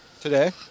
Today